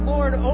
Lord